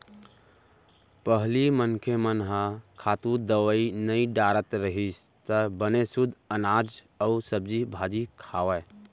पहिली मनखे मन ह खातू, दवई नइ डारत रहिस त बने सुद्ध अनाज अउ सब्जी भाजी खावय